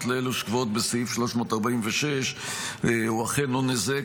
לאלו שקבועות בסעיף 346 הוא אכן עונש זהה,